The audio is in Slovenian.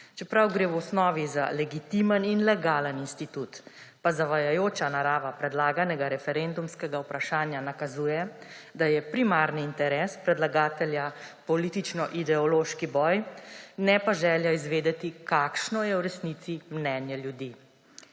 Čeprav gre v osnovi za legitimen in legalen institut, pa zavajajoča narava predlaganega referendumskega vprašanja nakazuje, da je primarni interes predlagatelja politično-ideološki boj, ne pa želja izvedeti, kakšno je v resnici mnenje ljudi.